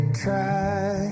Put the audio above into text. try